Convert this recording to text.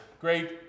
great